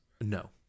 No